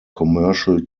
commercial